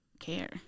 care